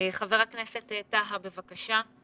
חבר הכנסת טאהא, בבקשה.